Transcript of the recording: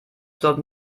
sollten